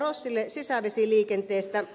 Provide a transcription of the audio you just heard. rossille sisävesiliikenteestä